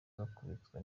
bakubitwa